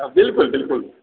बिल्कुल बिल्कुल